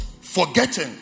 Forgetting